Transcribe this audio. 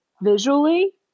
visually